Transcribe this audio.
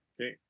Okay